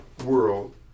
world